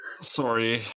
Sorry